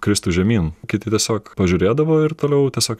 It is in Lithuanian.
kristų žemyn kiti tiesiog pažiūrėdavo ir toliau tiesiog